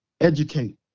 educate